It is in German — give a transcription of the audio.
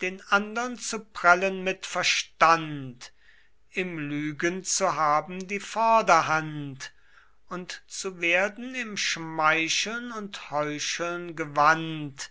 den andern zu prellen mit verstand im lügen zu haben die vorderhand und zu werden im schmeicheln und heucheln gewandt